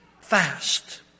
fast